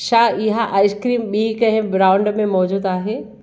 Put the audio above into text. छा इहा आइसक्रीम ॿी कंहिं ब्रांड में मौजूदु आहे